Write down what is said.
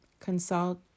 Consult